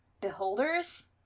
Beholders